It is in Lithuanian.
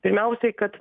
pirmiausiai kad